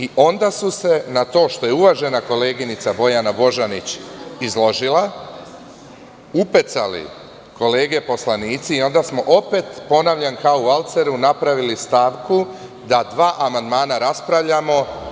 I onda su se na to što je uvažena koleginica Bojana Božanić izložila, upecali kolege poslanici i onda smo opet, ponavljam, kao u valceru, napravili stavku da dva amandmana raspravljamo…